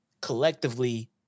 collectively